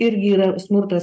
irgi yra smurtas